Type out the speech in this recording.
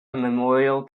memorial